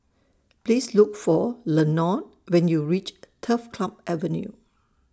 Please Look For Lenord when YOU REACH Turf Club Avenue